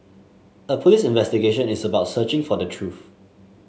a police investigation is about searching for the truth